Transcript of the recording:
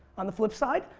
on the flip side,